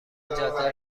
جاده